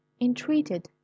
entreated